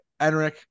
Enric